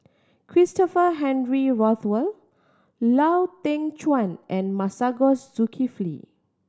Christopher Henry Rothwell Lau Teng Chuan and Masagos Zulkifli